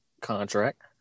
contract